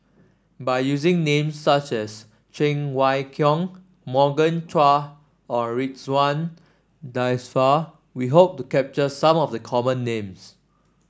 by using names such as Cheng Wai Keung Morgan Chua and Ridzwan Dzafir we hope to capture some of the common names